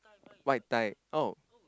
white tie oh